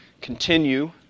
Continue